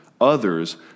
others